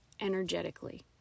energetically